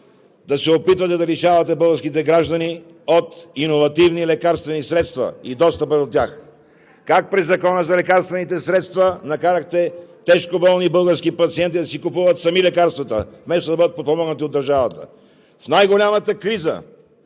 да се опитвате да лишавате българските граждани от иновативни лекарствени средства и достъпа до тях, как през Закона за лекарствените средства накарахте тежкоболни български пациенти да си купуват сами лекарствата, вместо да бъдат подпомогнати от държавата. В най-голямата криза,